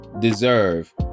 deserve